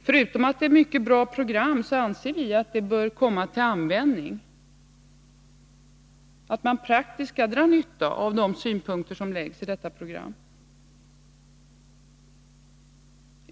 Förutom att det är ett mycket bra program anser vi att det bör komma till användning och att man praktiskt kan dra nytta av de synpunkter som förs fram i detta program.